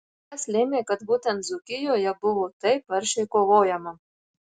kas lėmė kad būtent dzūkijoje buvo taip aršiai kovojama